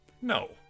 No